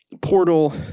portal